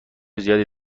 زیادی